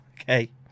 okay